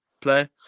play